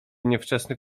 niewczesny